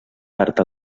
part